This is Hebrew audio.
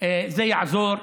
זה יעזור.